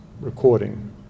recording